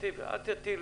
אל תטיל.